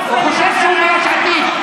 הוא חושב שהוא ביש עתיד.